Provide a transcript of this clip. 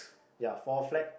ya four flag